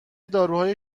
داروهای